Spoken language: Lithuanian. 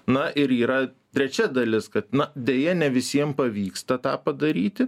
na ir yra trečia dalis kad na deja ne visiem pavyksta tą padaryti